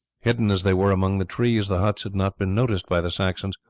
hidden as they were among the trees the huts had not been noticed by the saxons,